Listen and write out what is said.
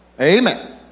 Amen